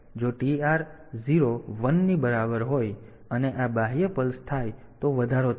જો TR 0 1 ની બરાબર હોય અને આ બાહ્ય પલ્સ થાય તો વધારો થશે